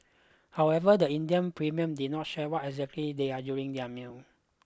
however the Indian premier did not share what exactly they ate during their meal